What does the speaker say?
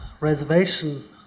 reservation